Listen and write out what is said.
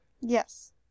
Yes